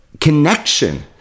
Connection